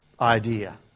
idea